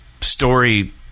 Story